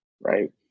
right